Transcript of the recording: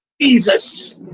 Jesus